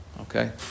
okay